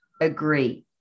agree